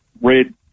red